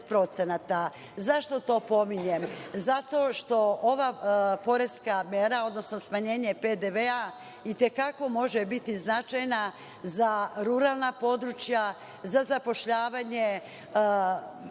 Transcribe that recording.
Zašto to pominjem? Zato što ova poreska mera, odnosno smanjenje PDV itekako može biti značajna za ruralna područja, za zapošljavanje